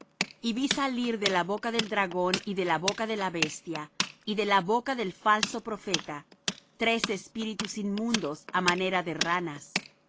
y vi salir de la boca del dragón y de la boca de la bestia y de la boca del falso profeta tres espíritus inmundos á manera de ranas